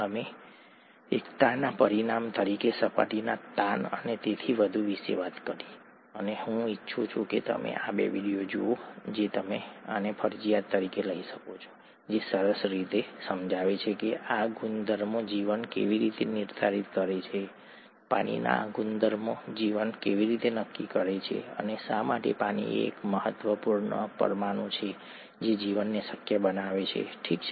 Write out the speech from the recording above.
અમે એકતાના પરિણામ તરીકે સપાટીના તાણ અને તેથી વધુ વિશે વાત કરી અને હું ઈચ્છું છું કે તમે આ બે વિડિયો જુઓ તમે આને ફરજિયાત તરીકે લઈ શકો છો જે સરસ રીતે સમજાવે છે કે આ ગુણધર્મો જીવન કેવી રીતે નિર્ધારિત કરે છે પાણીના આ ગુણધર્મો જીવન કેવી રીતે નક્કી કરે છે અને શા માટે પાણી એ એક મહત્વપૂર્ણ પરમાણુ છે જે જીવનને શક્ય બનાવે છે ઠીક છે